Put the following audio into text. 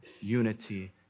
unity